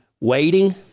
waiting